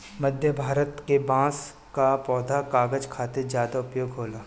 मध्य भारत के बांस कअ पौधा कागज खातिर ज्यादा उपयोग होला